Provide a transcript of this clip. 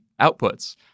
outputs